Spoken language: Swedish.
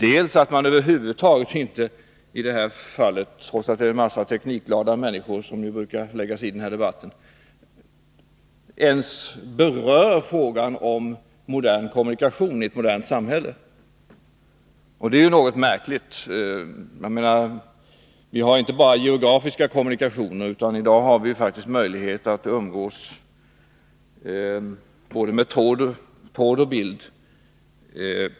Det har också förundrat mig att man i detta fall — trots att det är teknikglada människor som brukar lägga sig i denna debatt — över huvud taget inte ens berör frågan om modern kommunikation i ett modernt samhälle. Det är något märkligt. Vi har inte bara geografiska kommunikationer, utan i dag har vi faktiskt möjlighet att på längre avstånd umgås via både tråd och bild.